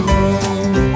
home